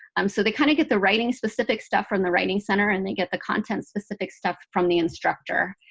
um so they kind of get the writing-specific stuff from the writing center and they get the content-specific stuff from the instructor.